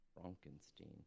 Frankenstein